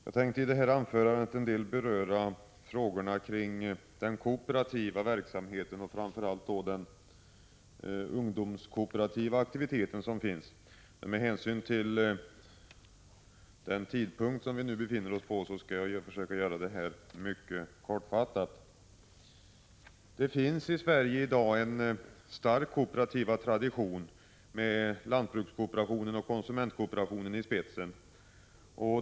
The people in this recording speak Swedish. Herr talman! Jag tänkte i detta anförande något beröra frågorna kring den kooperativa verksamheten och då framför allt den ungdomskooperativa aktivitet som finns. Med hänsyn till den sena tidpunkten skall jag försöka göra detta mycket kortfattat. I Sverige finns en stark kooperativ tradition med lantbrukskooperationen och konsumentkooperationen i spetsen.